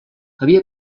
havia